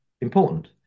important